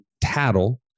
tattle